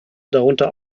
darunter